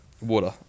Water